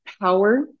power